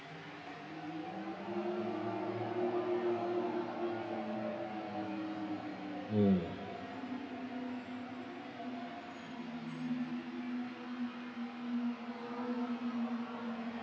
mm